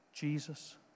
Jesus